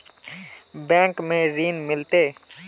Bank में ऋण मिलते?